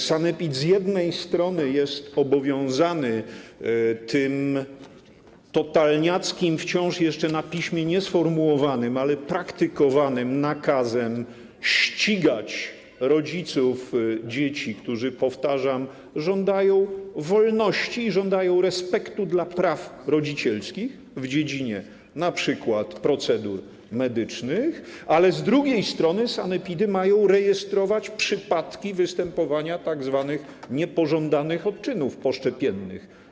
Sanepid z jednej strony jest obowiązany tym totalniackim, wciąż jeszcze na piśmie niesformułowanym, ale praktykowanym nakazem ścigać rodziców dzieci, którzy - powtarzam - żądają wolności i żądają respektu dla praw rodzicielskich w dziedzinie np. procedur medycznych, ale z drugiej strony sanepidy mają rejestrować przypadki występowania tzw. niepożądanych odczynów poszczepiennych.